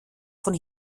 von